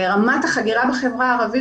אנחנו יודעים שרמת החגירה בחברה הערבית